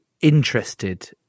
interested